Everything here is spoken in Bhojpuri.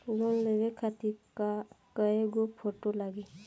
लोन लेवे खातिर कै गो फोटो लागी?